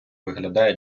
виглядає